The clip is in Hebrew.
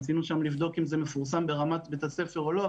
רצינו שם לבדוק אם זה מפורסם ברמת בית הספר או לא.